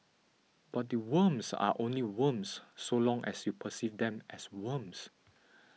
but the worms are only worms so long as you perceive them as worms